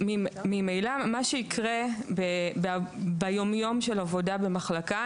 ממילא מה שיקרה ביום-יום של עבודה במחלקה,